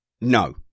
No